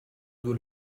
due